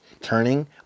turning